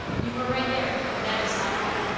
you are right there but that is not all.